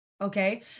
Okay